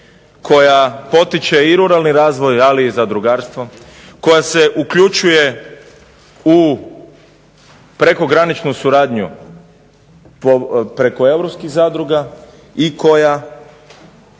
koja potiče i ruralni razvoj, ali i zadrugarstvo, koja se uključuje u prekograničnu suradnju preko europskih zadruga, i koja